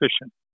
efficient